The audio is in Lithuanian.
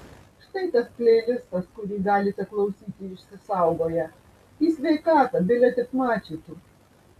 štai tas pleilistas kurį galite klausyti išsisaugoję į sveikatą bile tik mačytų